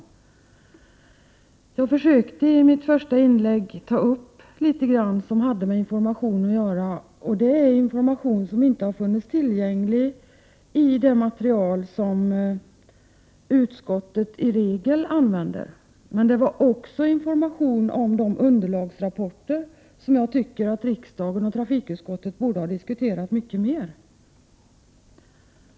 Jag försökte i mitt första inlägg ta upp litet grand som hade med information att göra, och det är information som inte har funnits tillgänglig i det material som utskottet i regel använder. Men det var också information om de underlagsrapporter som jag tycker att riksdagen och trafikutskottet borde ha diskuterat mycket mer.